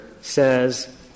says